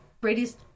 brady's